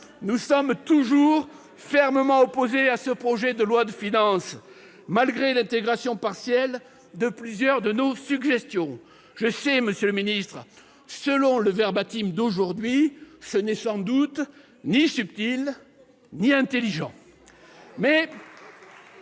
nous sommes toujours fermement opposés à ce projet de loi de finances, malgré l'intégration partielle de plusieurs de nos suggestions. Je sais, monsieur le secrétaire d'État, selon le d'aujourd'hui, que ce n'est sans doute ni « subtil » ni « intelligent